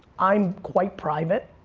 i'm quite private,